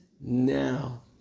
now